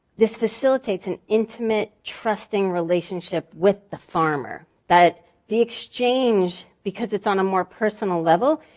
this facilitates and intimate trusting relationship with the farmer. that the exchange, because it's on a more personal level,